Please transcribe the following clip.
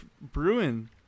Bruin